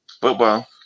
football